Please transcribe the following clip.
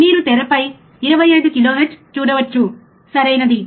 మీరు తెరపై 25 కిలోహెర్ట్జ్ చూడవచ్చు సరైనది